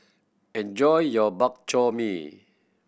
enjoy your Bak Chor Mee